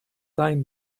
time